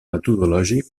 metodològic